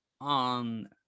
on